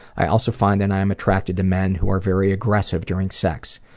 i also find that i am attracted to men who are very aggressive during sex.